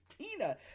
Pina